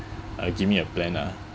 uh give me a plan lah